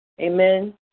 Amen